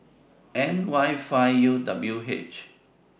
N Y five U W H